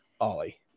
ollie